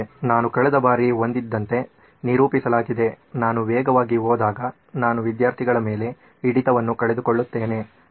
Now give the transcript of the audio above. ನಾನು ಕಳೆದ ಬಾರಿ ಹೊಂದಿದ್ದಂತೆ ನಿರೂಪಿಸಲಾಗಿದೆ ನಾನು ವೇಗವಾಗಿ ಹೋದಾಗ ನಾನು ವಿದ್ಯಾರ್ಥಿಗಳ ಮೇಲೆ ಹಿಡಿತವನ್ನು ಕಳೆದುಕೊಳ್ಳುತ್ತೇನೆ